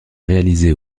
réalisée